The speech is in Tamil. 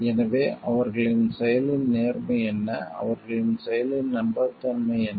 எனவே அவர்களின் செயலின் நேர்மை என்ன அவர்களின் செயலின் நம்பகத்தன்மை என்ன